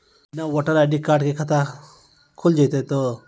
बिना voter ID card के खाता खुल जैते तो?